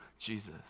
Jesus